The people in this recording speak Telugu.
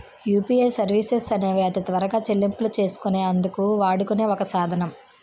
యూపీఐ సర్వీసెస్ అనేవి అతి త్వరగా చెల్లింపులు చేసుకునే అందుకు వాడుకునే ఒక సాధనం